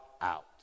out